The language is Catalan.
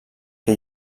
que